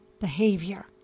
behavior